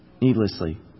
needlessly